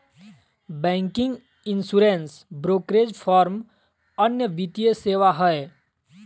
banking, insurance, brokerage firm अन्य वित्तीय सेवा हय